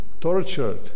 tortured